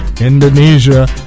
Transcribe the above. Indonesia